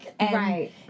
Right